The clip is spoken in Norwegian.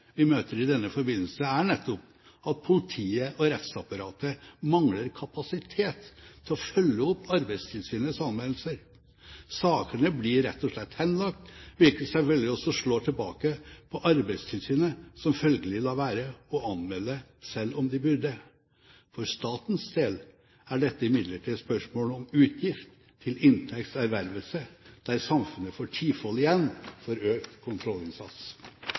vi møter i denne forbindelse, er nettopp at politiet og rettsapparatet mangler kapasitet til å følge opp Arbeidstilsynets anmeldelser. Sakene blir rett og slett henlagt, hvilket vel også slår tilbake på Arbeidstilsynet, som følgelig lar være å anmelde selv om de burde. For statens del er dette imidlertid et spørsmål om utgift til inntekts ervervelse, der samfunnet får tifold igjen for økt kontrollinnsats.